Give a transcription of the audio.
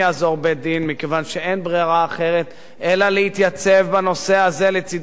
מכיוון שאין ברירה אחרת אלא להתייצב בנושא הזה לצדו של שלטון החוק,